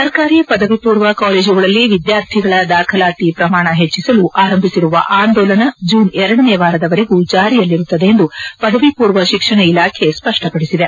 ಸರ್ಕಾರಿ ಪದವಿ ಪೂರ್ವ ಕಾಲೇಜುಗಳಲ್ಲಿ ವಿದ್ಯಾರ್ಥಿಗಳ ದಾಖಲಾತಿ ಪ್ರಮಾಣ ಹೆಚ್ಚಿಸಲು ಆರಂಭಿಸಿರುವ ಆಂದೋಲನ ಜೂನ್ ಎರಡನೇ ವಾರದ ವರೆಗೂ ಜಾರಿಯಲ್ಲಿರುತ್ತದೆ ಎಂದು ಪದವಿ ಪೂರ್ವ ಶಿಕ್ಷಣ ಇಲಾಖೆ ಸ್ಪಷ್ಟಪಡಿಸಿದೆ